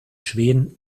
schweden